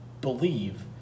believe